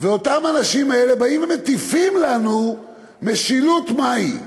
והאנשים האלה מטיפים לנו משילות מהי.